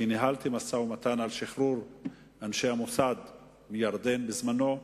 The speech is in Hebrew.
כי ניהלתי משא-ומתן על שחרור אנשי המוסד מירדן בזמנו,